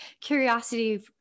curiosity